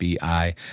BI